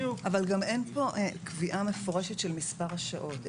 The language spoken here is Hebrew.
אבל גם אין פה קביעה מפורשת של מספר השעות,